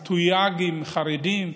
זה תויג עם חרדים,